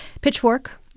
Pitchfork